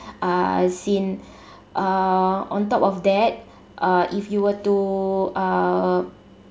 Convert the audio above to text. uh uh scene uh on top of that uh if you were to uh